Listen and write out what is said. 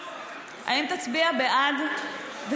האם תצביע בעד, לא.